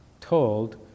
told